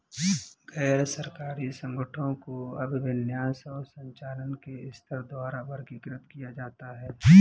गैर सरकारी संगठनों को अभिविन्यास और संचालन के स्तर द्वारा वर्गीकृत किया जाता है